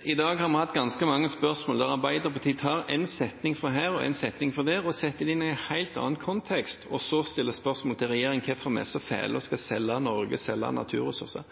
I dag har vi hatt ganske mange spørsmål der Arbeiderpartiet tar en setning herfra og en setning derfra og setter det inn i en helt annen kontekst, og så stiller spørsmål til regjeringen om hvorfor vi er så fæle og skal selge Norge, selge